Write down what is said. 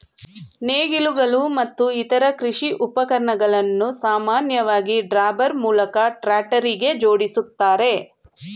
ನೇಗಿಲುಗಳು ಮತ್ತು ಇತರ ಕೃಷಿ ಉಪಕರಣಗಳನ್ನು ಸಾಮಾನ್ಯವಾಗಿ ಡ್ರಾಬಾರ್ ಮೂಲಕ ಟ್ರಾಕ್ಟರ್ಗೆ ಜೋಡಿಸ್ತಾರೆ